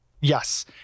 Yes